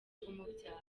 umubyara